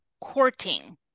courting